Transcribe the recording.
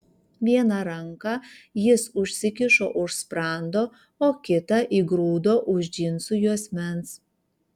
vieną ranką jis užsikišo už sprando o kitą įgrūdo už džinsų juosmens